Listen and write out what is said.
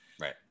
Right